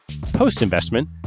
Post-investment